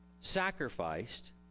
sacrificed